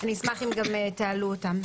אשמח אם תעלו אותם.